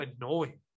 annoying